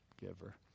giver